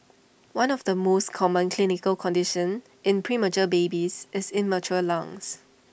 one of the most common clinical conditions in premature babies is immature lungs